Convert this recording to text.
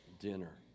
dinner